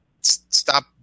stop